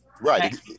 Right